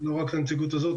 לא רק הנציגות הזאת,